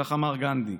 כך אמר גנדי,